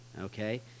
Okay